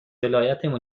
ولایتمون